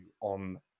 on